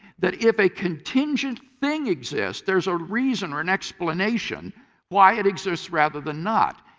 that if a contingent thing exists, there is a reason or an explanation why it exists rather than not.